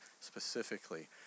specifically